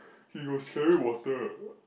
he was carrying water